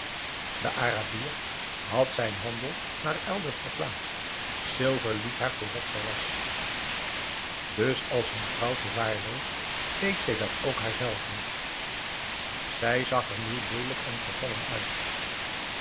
de arabier had zijn handel naar elders verplaatst silver liet haar voor wat zij was dus als vrouw verwaarloosd deed zij dat ook haar zelve zij zag er nu leelijk en vervallen uit